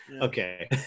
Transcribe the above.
Okay